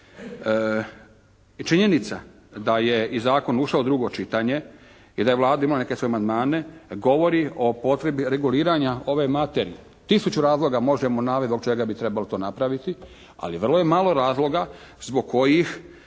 činjenica da je i zakon ušao u drugo čitanje i da je Vlada imala neke svoje amandmane, govori o potrebi reguliranja ove materije. Tisuću razloga možemo navesti zbog čega bi trebalo to napraviti, ali vrlo je malo razloga zbog kojih